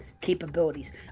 capabilities